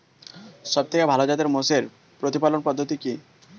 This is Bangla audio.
সবথেকে ভালো জাতের মোষের প্রতিপালন পদ্ধতি কি?